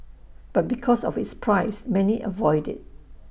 but because of its price many avoid IT